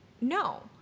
no